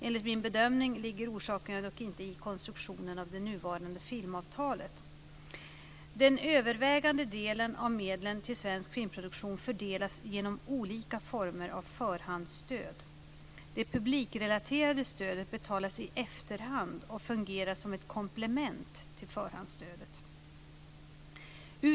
Enligt min bedömning ligger orsakerna dock inte i konstruktionen av det nuvarande filmavtalet. Den övervägande delen av medlen till svensk filmproduktion fördelas genom olika former av förhandsstöd. Det publikrelaterade stödet betalas i efterhand och fungerar som ett komplement till förhandsstödet.